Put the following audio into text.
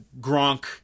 Gronk